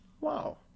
wow